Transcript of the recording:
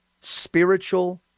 spiritual